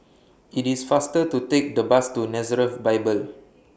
IT IS faster to Take The Bus to Nazareth Bible